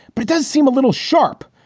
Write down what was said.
but it does seem a little sharp.